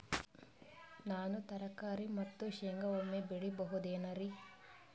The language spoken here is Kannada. ನಾನು ತರಕಾರಿ ಮತ್ತು ಶೇಂಗಾ ಒಮ್ಮೆ ಬೆಳಿ ಬಹುದೆನರಿ?